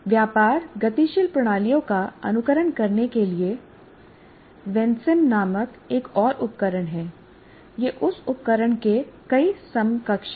व्यापार गतिशील प्रणालियों का अनुकरण करने के लिए वेन्सिम नामक एक और उपकरण है या उस उपकरण के कई समकक्ष हैं